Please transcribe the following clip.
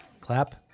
Clap